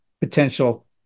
potential